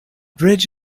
bridge